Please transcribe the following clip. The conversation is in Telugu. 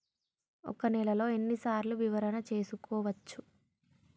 ఒక నెలలో ఎన్ని సార్లు వివరణ చూసుకోవచ్చు?